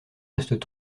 restent